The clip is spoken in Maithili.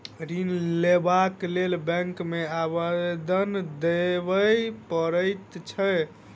ऋण लेबाक लेल बैंक मे आवेदन देबय पड़ैत छै